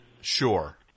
Sure